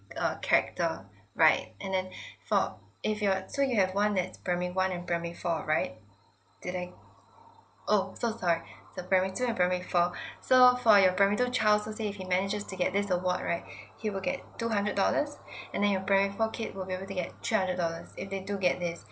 uh character right and then for if you are so you have one that's primary one and primary four right did I oh so sorry so primary two and primary four so for your primary two child so say if he manages to get this award right he will get two hundred dollars and then your primary four kid will be able to get three hundred dollars if they do get this